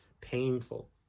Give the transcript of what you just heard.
painful